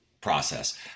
process